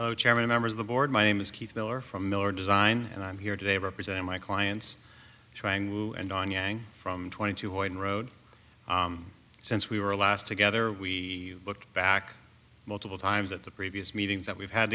chairman members of the board my name is keith miller from miller design and i'm here today representing my clients triangle and anyang from twenty two void road since we were last together we looked back multiple times at the previous meetings that we've had